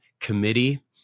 Committee